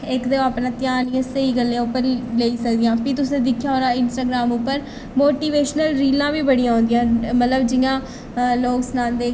इक ते ओह् अपना ध्यान इ'यां स्हेई गल्लै उप्पर लाई सकदियां भी तुसें दिक्खेआ होना इंस्टाग्राम उप्पर मोटिवेशनल रीलां बी बड़िया औंदियां न मतलब जि'यां लोक सनांदे कि